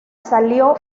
salió